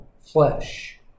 flesh